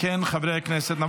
אם כן, חברי הכנסת,